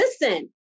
listen